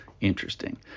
Interesting